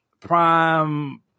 prime